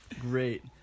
great